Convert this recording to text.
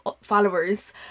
followers